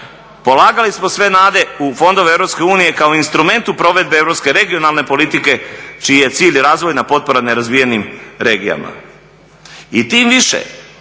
polagali smo sve nade u fondove EU kao instrument u provedbi europske regionalne politike čiji je cilj razvojna potpora nerazvijenim regijama. I tim više